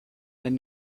and